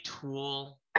tool